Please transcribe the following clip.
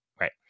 right